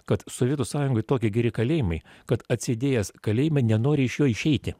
kad sovietų sąjungoj tokie geri kalėjimai kad atsėdėjęs kalėjime nenori iš jo išeiti